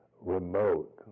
remote